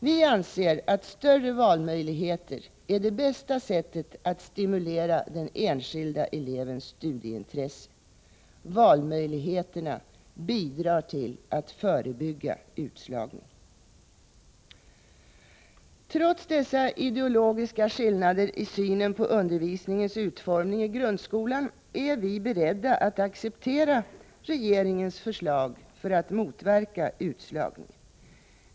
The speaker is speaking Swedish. Vi anser att större valmöjligheter är det bästa sättet att stimulera den enskilda elevens studieintresse. Valmöjligheterna bidrar till att förebygga utslagning. Trots dessa ideologiska skillnader i synen på undervisningens utformning i grundskolan är vi beredda att acceptera regeringens förslag för att motverka utslagningen.